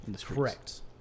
Correct